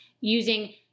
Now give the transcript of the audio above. using